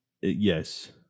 Yes